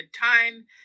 time